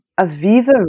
Aviva